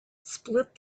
split